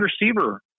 receiver